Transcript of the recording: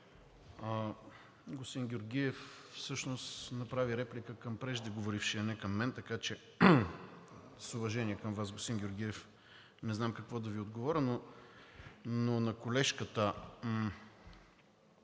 Господин Георгиев всъщност направи реплика към преждеговорившия – не към мен, така че с уважение към Вас, господин Георгиев, не знам какво да Ви отговаря, но на колежката